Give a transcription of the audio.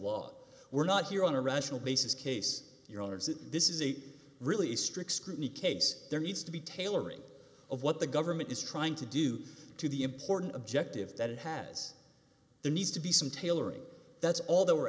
law we're not here on a rational basis case your honour's that this is a really strict scrutiny case there needs to be tailoring of what the government is trying to do to the important objective that it has there needs to be some tailoring that's all they were